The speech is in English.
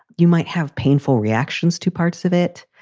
you might have painful reactions to parts of it.